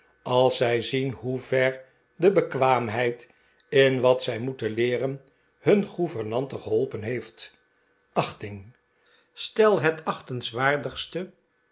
als zij zien hoever de bekwaamheid in wat zij moeten leeren hun gouvernante geholpen heeftl achting stel het